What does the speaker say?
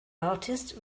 artist